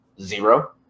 zero